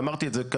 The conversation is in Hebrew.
ואמרתי את זה.